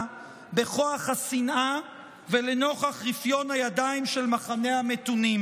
בכוח השנאה ולנוכח רפיון הידיים של מחנה המתונים.